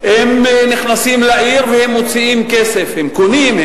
נכנסים לעיר והם מוציאים כסף הם קונים,